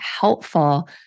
helpful